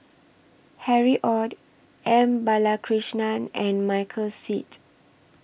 Harry ORD M Balakrishnan and Michael Seet